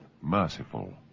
merciful